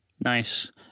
nice